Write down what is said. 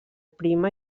prima